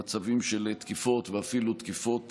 במצבים של תקיפות ואפילו תקיפות